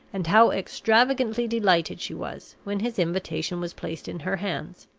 and how extravagantly delighted she was when his invitation was placed in her hands.